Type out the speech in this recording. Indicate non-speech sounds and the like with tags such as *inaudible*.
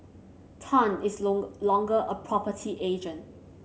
Tan is *unintelligible* longer a property agent